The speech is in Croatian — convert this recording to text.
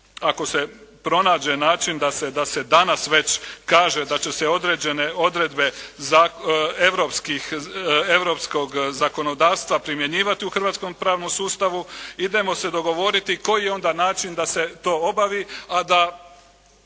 ako se pronađe način da se danas već kaže da će se određene odredbe europskog zakonodavstva primjenjivati u hrvatskom pravnom sustavu, idemo se dogovoriti koji je onda način da se to obavi, a da,